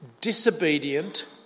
disobedient